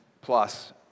plus